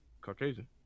Caucasian